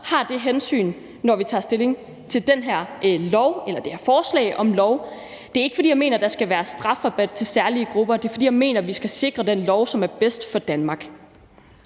tager det hensyn, når vi tager stilling til det her lovforslag. Det er ikke, fordi jeg mener, at der skal være strafrabat til særlige grupper, det er, fordi jeg mener, at vi skal sikre den lov, som er bedst for Danmark.